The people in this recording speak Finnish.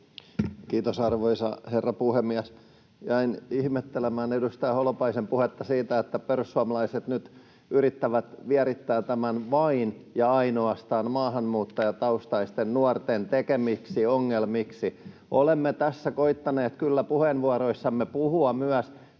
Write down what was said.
Kiitos, arvoisa herra puhemies! Jäin ihmettelemään edustaja Holopaisen puhetta siitä, että perussuomalaiset nyt yrittävät vierittää tämän vain ja ainoastaan maahanmuuttajataustaisten nuorten tekemiksi ongelmiksi. Olemme tässä koettaneet kyllä puheenvuoroissamme puhua myös